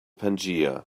pangaea